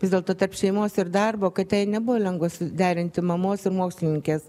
vis dėlto tarp šeimos ir darbo kad jai nebuvo lengva suderinti mamos ir mokslininkės